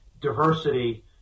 diversity